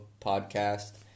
podcast